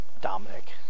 Dominic